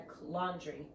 laundry